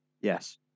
Yes